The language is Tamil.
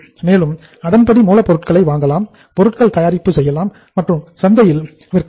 மேலும் அதன்படி மூலப்பொருட்களை வாங்கலாம் பொருட்கள் தயாரிப்பு செய்யலாம் மற்றும் சந்தையில் விற்கலாம்